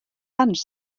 lunch